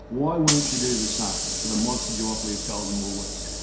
why won't you do the same for the monster duopoly of coles and woolworths?